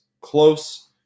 close